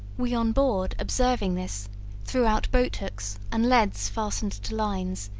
we on board observing this threw out boat-hooks and leads fastened to lines,